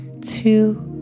two